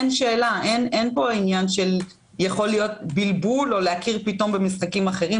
אין פה עניין של יכול להיות בלבול או להכיר פתאום במשחקים אחרים,